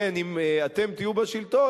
אם אתם תהיו בשלטון,